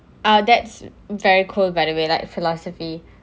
ah that's very cool by the way like philosophy